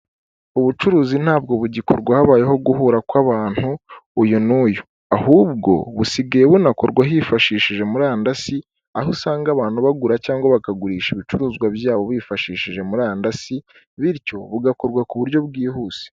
Ubucuruzi ntabwo bugikorwa habayeho guhura kw'abantu uyu n'uyu, ahubwo busigaye bunakorwa hifashishije murandasi, aho usanga abantu bagura cyangwa bakagurisha ibicuruzwa byabo bifashishije murandasi, bityo bugakorwa ku buryo bwihuse.